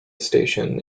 station